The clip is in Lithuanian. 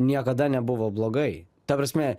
niekada nebuvo blogai ta prasme